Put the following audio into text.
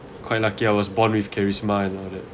quite lucky I was born with charisma and all that